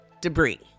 debris